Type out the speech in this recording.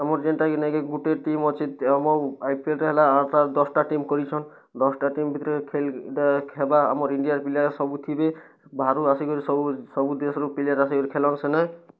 ଆମର୍ ଯେନ୍ଟା କି ନାଇ କେଁ ଗୁଟେ ଟିମ୍ ଅଛେ ଆମର୍ ଆଇ ପି ଏଲ୍ ରେ ହେଲା ଆଠ୍ଟା ଦଶ୍'ଟା ଟିମ୍ କରିଛନ୍ ଦଶ୍'ଟା ଟିମ୍ ଭିତ୍ରେ ଖେଲି ଇ'ଟା ହେବା ଆମର୍ ଇଣ୍ଡିଆର ପିଲାର୍ ସବୁ ଥିବେ ବାହାରୁ ଆସିକରି ସବୁ ସବୁ ଦେଶ୍ ରୁ ପ୍ଲେୟର୍ ଆସିକରି ଖେଲ୍ବେ ସେନେ